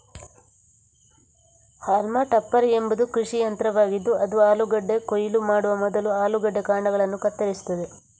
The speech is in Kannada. ಹಾಲ್ಮಾ ಟಪ್ಪರ್ ಎಂಬುದು ಕೃಷಿ ಯಂತ್ರವಾಗಿದ್ದು ಅದು ಆಲೂಗಡ್ಡೆ ಕೊಯ್ಲು ಮಾಡುವ ಮೊದಲು ಆಲೂಗಡ್ಡೆ ಕಾಂಡಗಳನ್ನು ಕತ್ತರಿಸುತ್ತದೆ